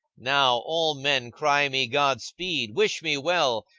now all men cry me godspeed! wish me well,